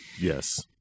Yes